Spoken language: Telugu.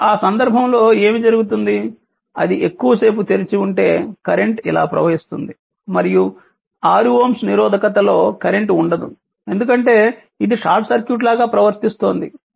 కాబట్టి ఆ సందర్భంలో ఏమి జరుగుతుంది అది ఎక్కువ సేపు తెరిచి ఉంటే కరెంట్ ఇలా ప్రవహిస్తుంది మరియు 6 Ω నిరోధకతలో కరెంట్ ఉండదు ఎందుకంటే ఇది షార్ట్ సర్క్యూట్ లాగా ప్రవర్తిస్తోంది